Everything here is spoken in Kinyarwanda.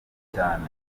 cyane